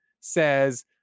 says